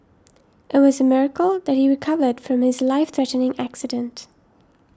it was a miracle that he recovered from his life threatening accident